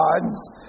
gods